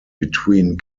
between